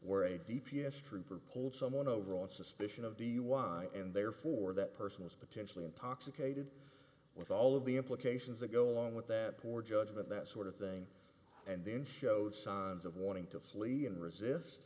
where a d p s trooper pulled someone over on suspicion of dui and therefore that person was potentially intoxicated with all of the implications that go along with that poor judgment that sort of thing and then showed signs of wanting to flee and resist